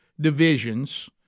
divisions